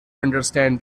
understand